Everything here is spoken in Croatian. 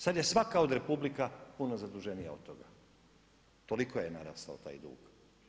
Sad je svaka od republika puno zaduženija od toga, toliko je narastao taj dug.